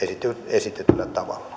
esitetyllä